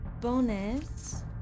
bonus